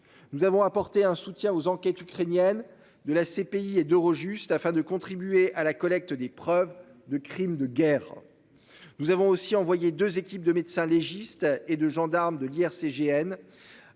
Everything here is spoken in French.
Nous avons apporté un soutien aux enquêtes ukrainienne de la CPI et d'Eurojust afin de contribuer à la collecte des preuves de crimes de guerre. Nous avons aussi envoyer 2 équipes de médecins légistes et de gendarmes de lierre